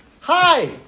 Hi